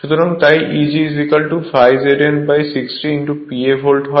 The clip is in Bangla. সুতরাং তাই E g ∅ ZN 60 PA volt হয়